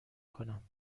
کنم